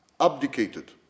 abdicated